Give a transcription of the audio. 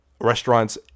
restaurants